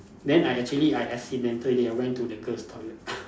then I actually I accidentally I went to the girls toilet